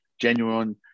genuine